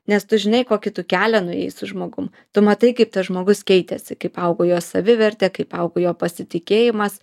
nes tu žinai kokį tu kelią nuėjai su žmogum tu matai kaip tas žmogus keitėsi kaip augo jo savivertė kaip augo jo pasitikėjimas